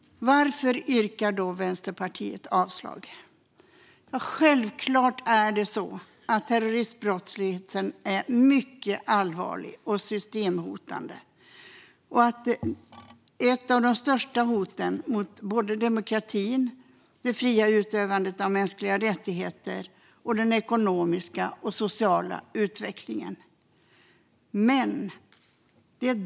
Varför yrkar då Vänsterpartiet avslag? Självklart är terroristbrottsligheten mycket allvarlig och systemhotande. Den är ett av de största hoten mot demokratin, det fria utövandet av mänskliga rättigheter och den ekonomiska och sociala utvecklingen.